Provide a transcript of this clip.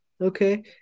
Okay